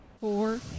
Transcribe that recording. Four